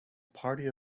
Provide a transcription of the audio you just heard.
party